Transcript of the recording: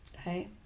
okay